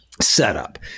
setup